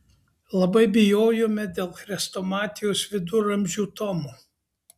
labai bijojome dėl chrestomatijos viduramžių tomo